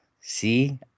See